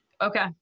Okay